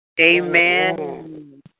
Amen